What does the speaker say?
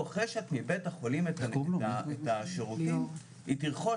קרי רעיון יצירתי אחר,